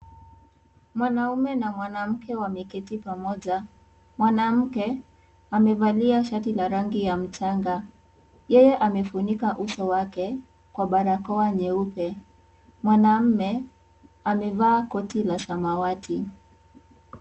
Mwanaume na mwanamke wameketi pamoja. Mwanamke, amevalia shati la rangi ya mchanga. Yeye amefunika uso wake, kwa barakoa nyeupe. Mwanamume, amevaa koti la samawati.